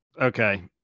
Okay